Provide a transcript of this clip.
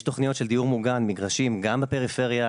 יש תוכניות של דיור מוגן ומגרשים גם בפריפריה,